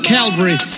Calvary